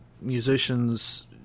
musicians